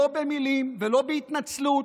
לא במילים ולא בהתנצלות,